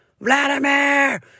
Vladimir